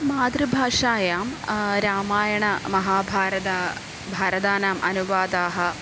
मातृभाषायां रामायणमहाभारत भारतानाम् अनुवादाः